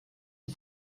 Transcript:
die